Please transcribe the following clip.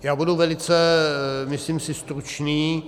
Já budu velice, myslím si, stručný.